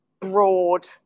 broad